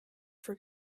for